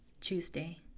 Tuesday